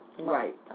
right